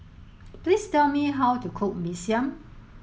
please tell me how to cook Mee Siam